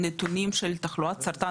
שנתונים של תחלואת סרטן,